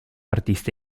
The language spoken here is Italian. artista